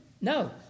No